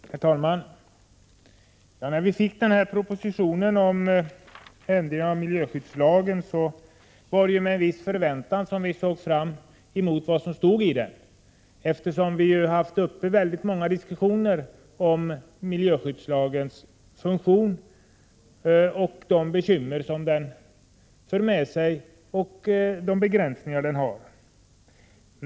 Herr talman! När vi fick propositionen om ändring i miljöskyddslagen var det med en viss förväntan vi såg fram emot vad som stod i den, eftersom vi haft väldigt många diskussioner om miljöskyddslagens funktion, de bekymmer den för med sig och de begränsningar den har.